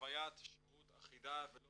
חוויית שירות אחידה ולא